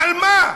על מה?